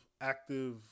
active